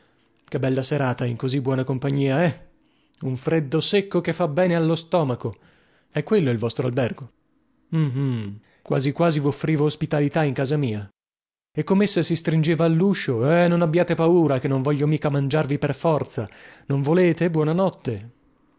che bella serata in così buona compagnia eh un freddo secco che fa bene allo stomaco è quello il vostro albergo hum hum quasi quasi voffrivo ospitalità in casa mia e comessa si stringeva alluscio eh non abbiate paura che non voglio mica mangiarvi per forza non volete